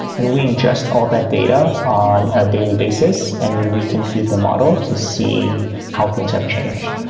and we ingest all that data on a daily basis and we we complete the model to see how things have changed.